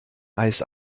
eis